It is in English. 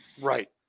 Right